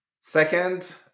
Second